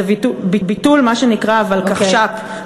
זה ביטול מה שנקרא הוולקחש"פ, אוקיי .